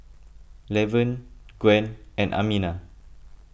Lavern Gwen and Amina